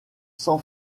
san